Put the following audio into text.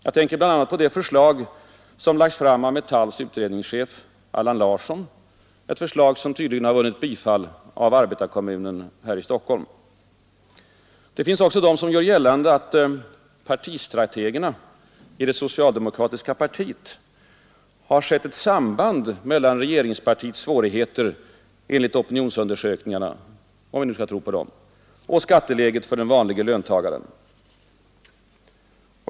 Jag tänker bl.a. på det förslag som lagts fram av Metalls utredningschef Allan Larsson, ett förslag som tydligen har vunnit bifall från Arbetarekommunen här i Stockholm. Det finns också de som gör gällande, att partistrategerna i det socialdemokratiska partiet har sett ett samband mellan regeringspartiets svårigheter enligt opinionsundersökningarna — om vi nu skall tro på dem — och skatteläget för den vanlige löntagaren.